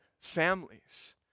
families